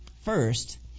First